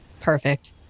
Perfect